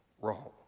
wrong